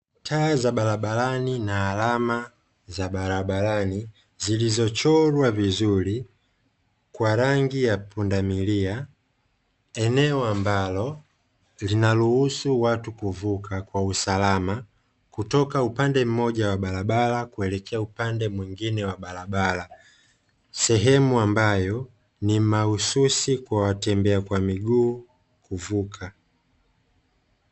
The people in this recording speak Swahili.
Taa za barabarani na alama za barabarani, zilizochorwa vizuri kwa rangi ya pundamilia. Eneo ambalo linaruhusu watu kuvuka kwa usalama kutoka upande mmoja wa barabara kuelekea upande mwingine wa barabara. Sehemu ambayo ni mahususi kwa watembea kwa miguu kuvuka.